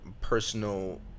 personal